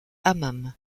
hammam